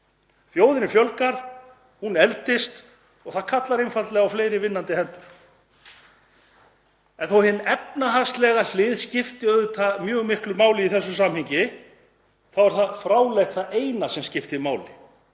Þjóðinni fjölgar, hún eldist og það kallar einfaldlega á fleiri vinnandi hendur. En þó að hin efnahagslega hlið skipti auðvitað mjög miklu máli í þessu samhengi þá er það fráleitt það eina sem skiptir máli.